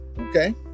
okay